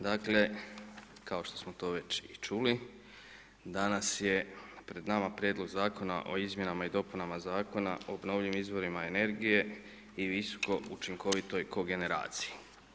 Dakle kao što smo to već i čuli danas je pred nama Prijedlog zakona o izmjenama i dopunama Zakona o obnovljivim izvorima energije i visoko učinkovitoj kogeneraciji.